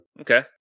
Okay